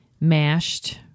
mashed